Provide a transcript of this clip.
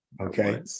Okay